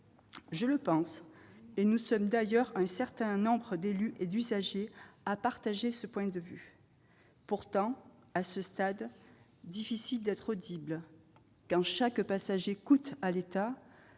Je le pense, et nous sommes d'ailleurs un certain nombre d'élus et d'usagers à partager ce point de vue. Pourtant, à ce stade, difficile d'être audible quand chaque passager coûte à l'État,